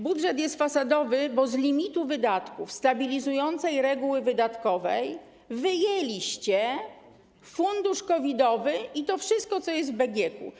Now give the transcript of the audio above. Budżet jest fasadowy, bo z limitu wydatków, stabilizującej reguły wydatkowej wyjęliście fundusz COVID-owy i to wszystko, co jest w BGK.